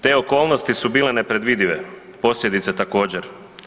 Te okolnosti su bile nepredvidive, posljedice također.